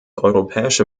europäische